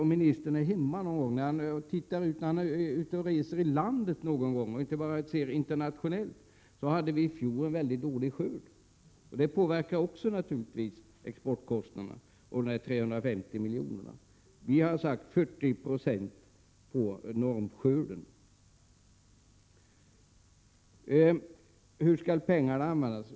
Om ministern någon gång vore ute och reste i landet och inte bara såg på vad som händer internationellt, hade han kunnat se att vi i fjol hade en mycket dålig skörd. Det påverkar naturligtvis också exportkostnaderna och de 350 miljonerna. Vi har sagt 40 20 på normskörden. Hur skall pengarna användas?